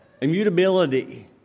Immutability